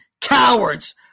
cowards